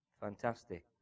fantastic